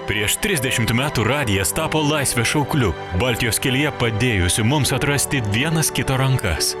prieš trisdešimt metų radijas tapo laisvės šaukliu baltijos kelyje padėjusiu mums atrasti vienas kito rankas